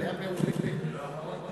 אני לא אחרון?